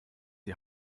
die